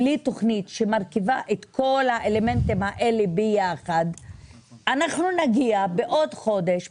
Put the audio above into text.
בלי תוכנית שמרכיבה את כל האלמנטים האלה ביחד אנחנו נגיע בעוד חודש,